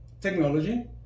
technology